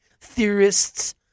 theorists